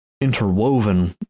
interwoven